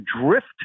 drift